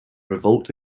revolt